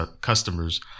customers